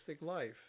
life